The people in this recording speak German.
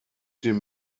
dem